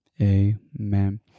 Amen